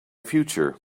future